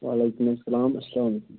وعلیکُم اَسلام اسلام علیکُم